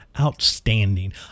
outstanding